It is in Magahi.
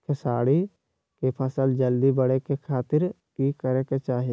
खेसारी के फसल जल्दी बड़े के खातिर की करे के चाही?